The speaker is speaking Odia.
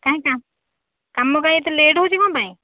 କାହିଁକି କାମ କାହିଁକି ଏତେ ଲେଟ୍ ହେଉଛି କ'ଣ ପାଇଁ